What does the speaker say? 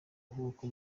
nk’uko